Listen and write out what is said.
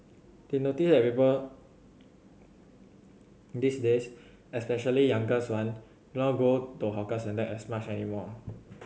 they notice that people these days especially younger one not go to hawker centres as much anymore